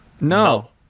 no